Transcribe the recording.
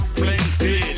plenty